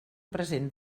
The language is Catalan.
present